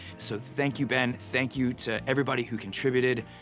so, thank you, ben. thank you to everybody who contributed.